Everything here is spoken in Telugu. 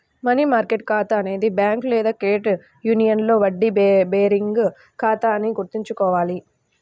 మనీ మార్కెట్ ఖాతా అనేది బ్యాంక్ లేదా క్రెడిట్ యూనియన్లో వడ్డీ బేరింగ్ ఖాతా అని గుర్తుంచుకోవాలి